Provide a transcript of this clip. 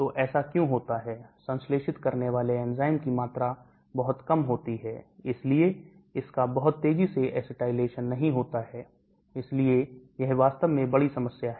तो ऐसा क्यों होता है संश्लेषित करने वाले एंजाइम की मात्रा बहुत कम होती है इसलिए इसका बहुत तेजी से acetylation नहीं होता है इसलिए यह वास्तव में बड़ी समस्या है